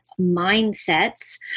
mindsets